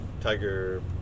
Tiger